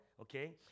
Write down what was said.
okay